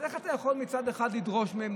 אז איך אתה יכול מצד אחד לדרוש מהם